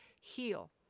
heal